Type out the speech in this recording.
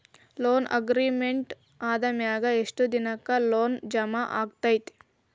Loan agreement ಆದಮ್ಯಾಗ ಯೆಷ್ಟ್ ದಿನಕ್ಕ ಲೊನ್ ಜಮಾ ಆಕ್ಕೇತಿ?